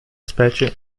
specie